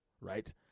right